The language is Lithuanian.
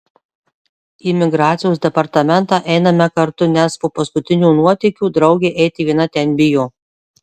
į migracijos departamentą einame kartu nes po paskutinių nuotykių draugė eiti viena ten bijo